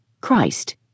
Christ